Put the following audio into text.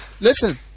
listen